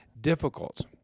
difficult